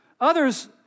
Others